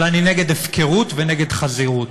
אבל אני נגד הפקרות ונגד חזירות.